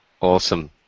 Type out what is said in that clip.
Awesome